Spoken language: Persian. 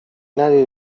ندیده